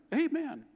amen